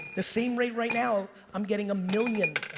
the same rate right now, i'm getting a million,